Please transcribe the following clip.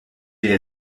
est